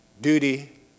duty